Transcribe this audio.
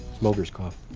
smokers cough.